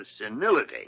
senility